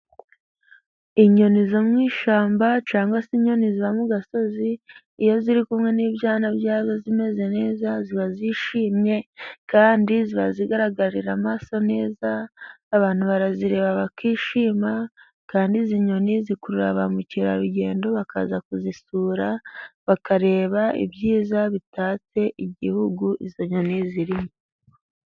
Inyoni zo mu ishyamba cyangwa se inyoni ziba mu gasozi, iyo ziri kumwe n'ibyana byazo zimeze neza, ziba zishimye kandi ziba zigaragarira amaso neza, abantu barazireba bakishima, kandi izi nyoni zikurura ba Mukerarugendo bakaza kuzisura, bakareba ibyiza bitatse igihugu izo nyoni zirimo.